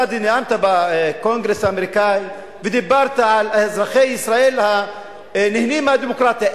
אתה נאמת בקונגרס האמריקני ודיברת על אזרחי ישראל הנהנים מהדמוקרטיה,